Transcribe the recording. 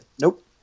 nope